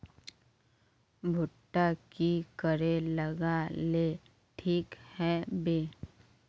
भुट्टा की करे लगा ले ठिक है बय?